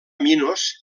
minos